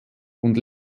und